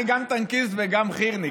אני גם טנקיסט וגם חי"רניק.